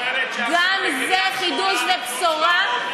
גם זה חידוש ובשורה.